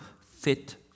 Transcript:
fit